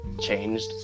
changed